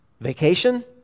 Vacation